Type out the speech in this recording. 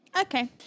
okay